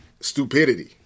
stupidity